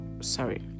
Sorry